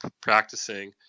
practicing